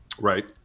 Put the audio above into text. Right